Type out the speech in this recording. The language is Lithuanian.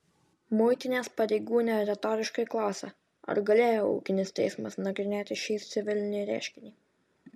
muitinės pareigūnė retoriškai klausia ar galėjo ūkinis teismas nagrinėti šį civilinį ieškinį